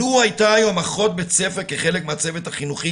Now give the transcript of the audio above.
לו הייתה היום אחות בית ספר כחלק מהצוות החינוכי,